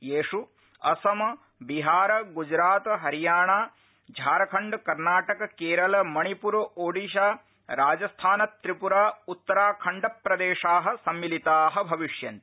येष् असम बिहार गुजरात हरियाणा झारखण्ड कर्नाटक केरल मणिप्र ओडिशा राजस्थान त्रिप्रा उत्तराखण्ड प्रदेशाः सम्मिलिताः भविष्यंति